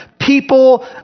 People